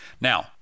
now